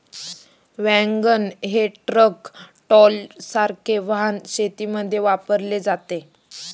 wagon हे tractor ट्रॉलीसारखे वाहन शेतीमध्ये वापरले जाते